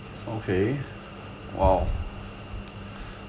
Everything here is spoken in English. okay !wow!